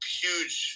huge